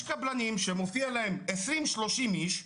יש קבלנים שמופיע להם 20-30 איש,